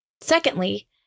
Secondly